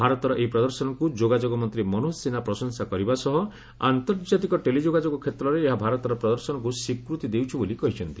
ଭାରତର ଏହି ପ୍ରଦର୍ଶନକୁ ଯୋଗାଯୋଗ ମନ୍ତ୍ରୀ ମନୋଜ ସିହ୍ନା ପ୍ରଶଂସା କରିବା ସହ ଆର୍ନ୍ତଜାତିକ ଟେଲିଯୋଗାଯୋଗ କ୍ଷେତ୍ରରେ ଏହା ଭାରତର ପ୍ରଦର୍ଶନକୁ ସ୍ୱୀକୃତି ଦେଉଛି ବୋଲି କହିଛନ୍ତି